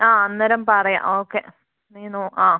ആ അന്നേരം പറയാം ഓക്കെ നീ നോക്ക് ആ